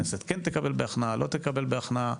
הכנסת כן תקבל בהכנעה, לא תקבל בהכנעה.